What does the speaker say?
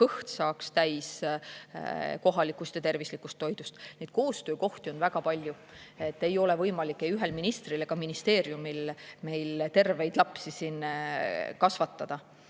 kõht saaks täis kohalikust ja tervislikust toidust. Koostöökohti on väga palju. Ei ole võimalik ei ühel ministril ega ministeeriumil meil terveid lapsi kasvatada.